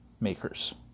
makers